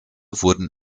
wurden